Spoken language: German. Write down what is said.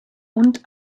und